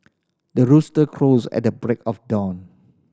the rooster crows at the break of dawn